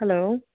hello